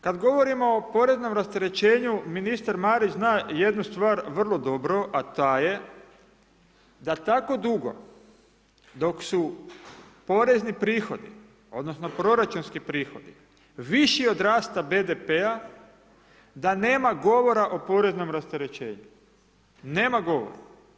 Kad govorimo o poreznom rasterećenju, ministar Marić zna jednu stvar vrlo dobro, a ta je, da tako dugo dok su porezni prihodi odnosno proračunski prihodi viši od rasta BDP-a da nema govora o poreznom rasterećenju, nema govora.